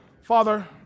Father